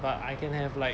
but I can have like